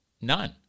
none